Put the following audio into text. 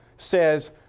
says